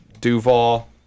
Duval